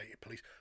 police